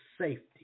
safety